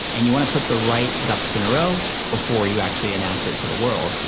and you wanna put the right ducks in a row before you actually announce it to the world.